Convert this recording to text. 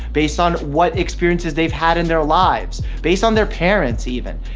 based on what experiences they've had in their lives, based on their parents even.